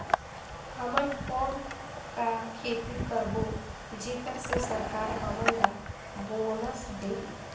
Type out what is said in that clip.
हमन कौन का खेती करबो जेकर से सरकार हमन ला बोनस देही?